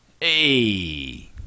Hey